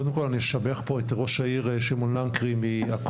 קודם כל אני אשבח פה את ראש העיר שמעון לנקרי מעכו,